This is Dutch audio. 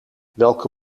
welke